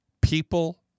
People